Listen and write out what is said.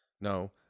No